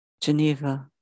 Geneva